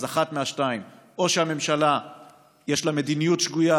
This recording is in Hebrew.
אז אחת מהשתיים: או שלממשלה יש מדיניות שגויה